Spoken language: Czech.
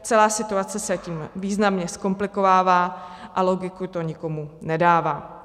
Celá situace se tím významně zkomplikovává a logiku to nikomu nedává.